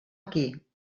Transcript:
aquí